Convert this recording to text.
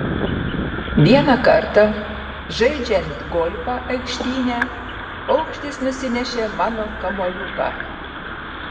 vieną kartą žaidžiant golfą aikštyne paukštis nusinešė mano kamuoliuką